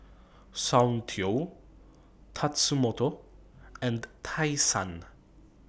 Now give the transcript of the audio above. Soundteoh Tatsumoto and Tai Sun